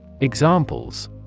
Examples